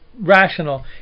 rational